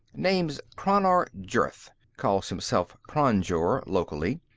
name's crannar jurth calls himself kranjur, locally.